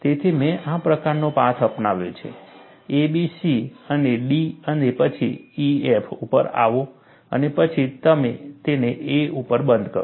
તેથી મેં આ પ્રકારનો પાથ અપનાવ્યો છે A B C અને D અને પછી E F ઉપર આવો અને પછી તેને A ઉપર બંધ કરો